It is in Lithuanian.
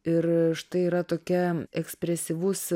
ir štai yra tokia ekspresyvus